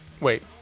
Wait